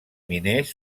miners